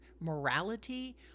morality